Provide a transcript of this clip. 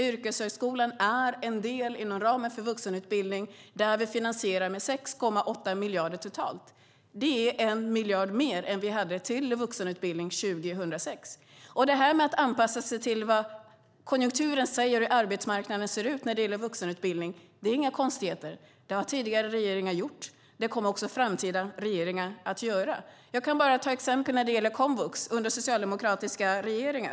Yrkeshögskolan är en del inom ramen för vuxenutbildning där vi har finansierat med 6,8 miljarder totalt. Det är 1 miljard mer än vi hade till vuxenutbildning 2006. Detta med att anpassa sig till vad konjunkturen säger och hur arbetsmarknaden ser ut när det gäller vuxenutbildning är inga konstigheter. Det har tidigare regeringar gjort, och det kommer också framtida regeringar att göra. Jag kan ta ett exempel när det gäller komvux under socialdemokratiska regeringar.